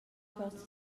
forzas